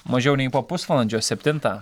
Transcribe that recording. mažiau nei po pusvalandžio septintą